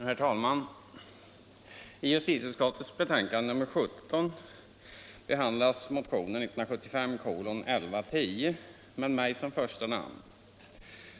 Herr talman! I justitieutskottets betänkande behandlas motionen 1975:1110 med mig som första namn.